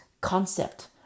concept